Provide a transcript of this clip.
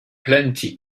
plenty